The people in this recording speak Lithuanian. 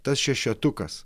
tas šešetukas